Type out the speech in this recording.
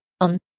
On